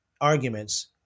arguments